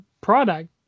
product